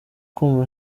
kumva